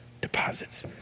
deposits